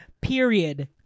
period